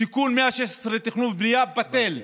תיקון 116 בחוק התכנון והבנייה, בטל.